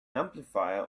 amplifier